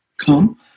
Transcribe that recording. come